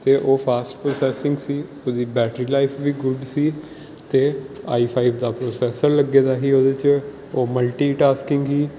ਅਤੇ ਉਹ fast processing ਸੀ ਉਸ ਦੀ ਬੈਟਰੀ ਲਾਈਫ ਵੀ ਗੁਡ ਸੀ ਅਤੇ ਆਈ ਫਾਈਵ ਦਾ ਪ੍ਰੋਸੈਸਰ ਲੱਗੇ ਦਾ ਸੀ ਉਹਦੇ 'ਚ ਉਹ ਮਲਟੀਟਾਸਕਿੰਗ ਸੀ